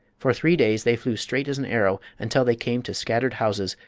for three days they flew straight as an arrow, until they came to scattered houses,